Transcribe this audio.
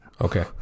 Okay